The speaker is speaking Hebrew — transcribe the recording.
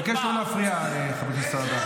אבקש לא להפריע, חבר הכנסת סעדה.